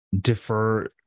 defer